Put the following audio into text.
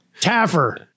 Taffer